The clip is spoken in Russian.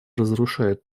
разрушает